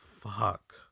Fuck